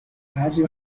بعضیا